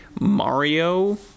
mario